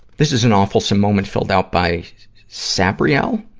this is an awfulsome moment filled out by sabriel?